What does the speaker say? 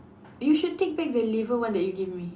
you should take back the liver one that you give me